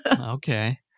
Okay